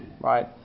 Right